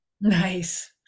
Nice